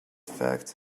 fact